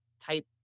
type